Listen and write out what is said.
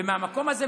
ומהמקום הזה,